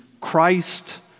Christ